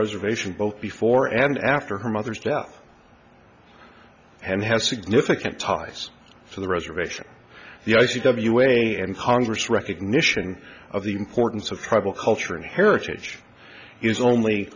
reservation both before and after her mother's death and has significant ties for the reservation the i c w a and congress recognition of the importance of trouble culture and heritage is only